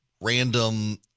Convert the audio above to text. random